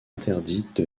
interdite